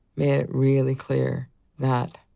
made it really clear that,